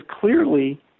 clearly